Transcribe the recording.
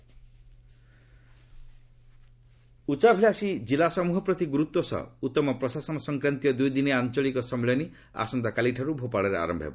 ଆସ୍କିରେସନାଲ୍ district ଉଚ୍ଚାଭିଳାଷୀ ଜିଲ୍ଲାସମୂହ ପ୍ରତି ଗୁରୁତ୍ୱ ସହ ଉତ୍ତମ ପ୍ରଶାସନ ସଂକ୍ରାନ୍ତୀୟ ଦୁଇଦିନିଆ ଆଞ୍ଚଳିକ ସମ୍ମିଳନୀ ଆସନ୍ତାକାଲିଠାରୁ ଭୋପାଳରେ ଆରମ୍ଭ ହେବ